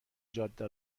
جاده